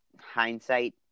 hindsight